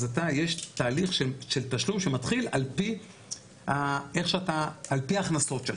אז יש תהליך של תשלום שמתחיל על פי ההכנסות שלך.